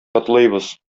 котлыйбыз